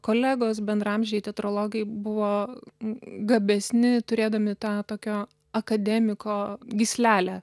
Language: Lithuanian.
kolegos bendraamžiai teatrologai buvo gabesni turėdami tą tokio akademiko gyslelę